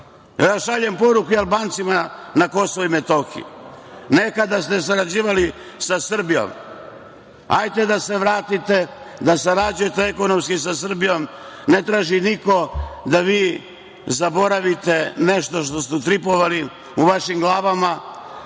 Šaljem poruku Albancima na KiM – nekada ste sarađivali sa Srbijom, hajte da se vratite da sarađujete ekonomski sa Srbijom, ne traži niko da vi zaboravite nešto što ste utripovali u vašim glavama